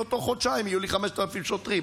לא תוך חודשיים יהיו לי 5,000 שוטרים,